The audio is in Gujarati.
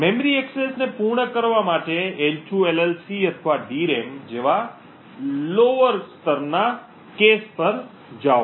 મેમરી એક્સેસને પૂર્ણ કરવા માટે L2 LLC અથવા ડીરેમ જેવા નીચલા સ્તરના કૅશ પર જાઓ